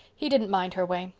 he didn't mind her way.